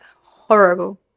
horrible